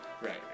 Right